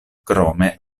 krome